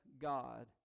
God